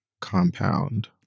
compound